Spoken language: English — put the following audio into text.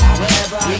wherever